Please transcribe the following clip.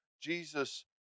Jesus